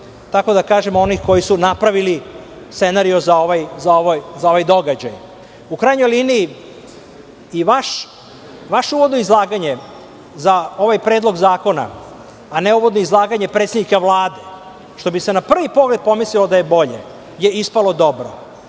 kako da kažem, onih koji su napravili scenario za ovaj događaj.U krajnjoj liniji i vaše uvodno izlaganje za ovaj predlog zakona, a ne ovo da izlaganje predsednika Vlade, što bi se na prvi pogled pomislilo da je bolje, je ispalo dobro.